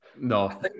no